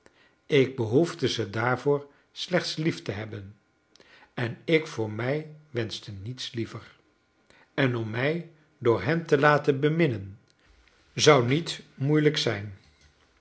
ik behoefde ze daarvoor slechts lief te hebben en ik voor mij wenschte niets liever en om mij door hen te laten beminnen zou niet moeilijk zijn